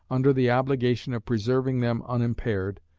under the obligation of preserving them unimpaired,